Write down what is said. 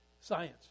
science